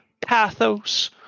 pathos